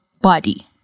body